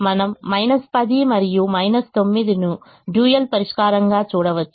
మనము 10 మరియు 9 ను డ్యూయల్ పరిష్కారంగా చూడవచ్చు